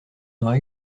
aurait